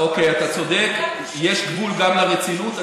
אוקיי, אתה צודק, יש גבול גם לרצינות.